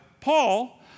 Paul